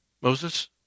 Moses